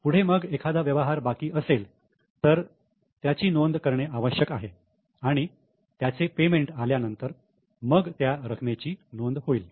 पुढे मग एखादा व्यवहार बाकी असेल तर त्याची नोंद करणे आवश्यक आहे आणि त्याचे पेमेंट आल्यानंतर मग त्या रकमेची नोंद होईल